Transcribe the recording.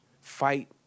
fight